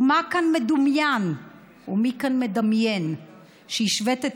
ומה כאן מדומיין ומי כאן מדמיין כשהשווית את